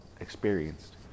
experienced